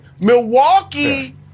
Milwaukee